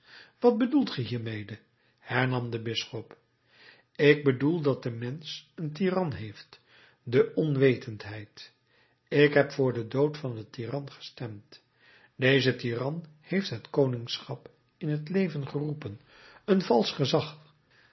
wat bedoelt ge hiermede hernam de bisschop ik bedoel dat de mensch een tiran heeft de onwetendheid ik heb voor den dood van dien tiran gestemd deze tiran heeft het koningsschap in t leven geroepen een valsch gezag